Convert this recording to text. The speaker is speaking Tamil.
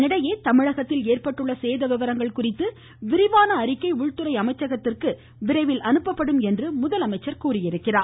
இதனிடையே தமிழகத்தில் ஏற்பட்டுள்ள சேத விபரங்கள் குறித்து விரிவான அறிக்கை உள்துறை அமைச்சகத்திற்கு விரைவில் அனுப்பப்படும் என முதலமைச்சர் தெரிவித்துள்ளார்